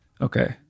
Okay